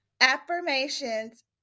affirmations